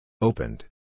Opened